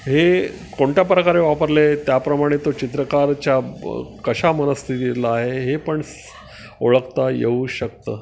हे कोणत्या प्रकारे वापरले त्याप्रमाणे तो चित्रकाराच्या कशा मनस्थितीला आहे हे पण स् ओळखता येऊ शकतं